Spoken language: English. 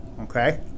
Okay